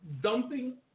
dumping